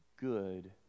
good